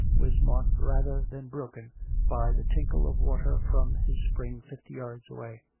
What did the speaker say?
was marked rather than broken by the tinkle of water from his spring fifty yards away.